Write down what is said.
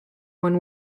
when